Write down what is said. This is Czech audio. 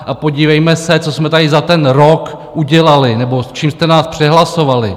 A podívejme se, co jsme tady za ten rok udělali nebo s čím jste nás přehlasovali.